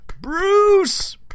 Bruce